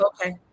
Okay